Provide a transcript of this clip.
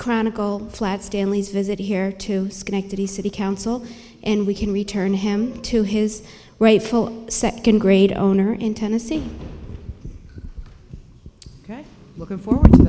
chronicle flat stanley's visit here to schenectady city council and we can return him to his rightful second grade owner in tennessee looking for